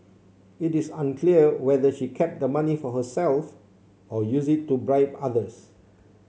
it is unclear whether she kept the money for herself or used it to bribe others